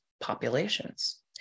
populations